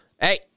Hey